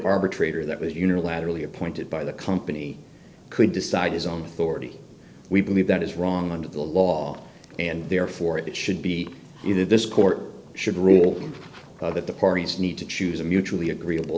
arbitrator that was unilaterally appointed by the company could decide his own authority we believe that is wrong under the law and therefore it should be either this court should rule that the parties need to choose a mutually agreeable